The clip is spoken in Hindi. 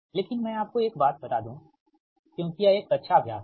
लेकिन मैं आपको एक बात बता दूं क्योंकि यह एक कक्षा अभ्यास है